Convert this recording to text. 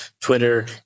Twitter